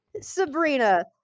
Sabrina